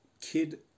kid